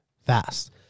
fast